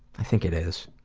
i think it is.